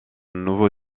nouveau